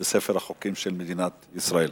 בספר החוקים של מדינת ישראל.